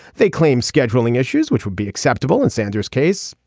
they claim scheduling issues which would be acceptable in sanders case.